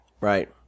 Right